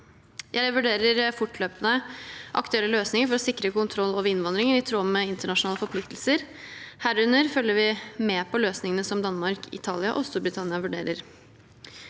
Jeg vurderer fortløpende aktuelle løsninger for å sikre kontroll over innvandringen, i tråd med internasjonale forpliktelser, herunder følger vi med på løsningene som Danmark, Italia og Storbritannia vurderer.